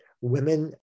Women